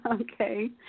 okay